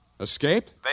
Escaped